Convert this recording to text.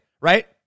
right